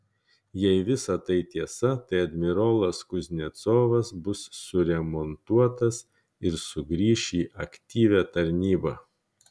jei visa tai tiesa tai admirolas kuznecovas bus suremontuotas ir sugrįš į aktyvią tarnybą